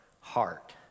heart